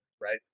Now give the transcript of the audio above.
right